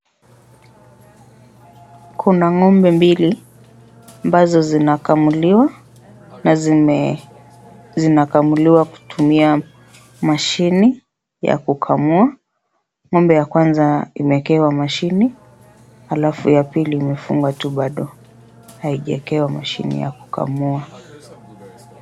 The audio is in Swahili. Kuna ng'ombe mbili ambazo zinakamuliwa na zinakamuliwa kutumia mashine ya kukamua ng'ombe ya kwanza imewekewa mashine ya pili imefungwa tu bado haijawekwa mashine ya kukamua.